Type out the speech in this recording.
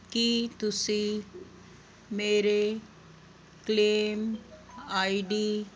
ਕੀ ਤੁਸੀਂ ਮੇਰੇ claim I D